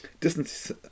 distance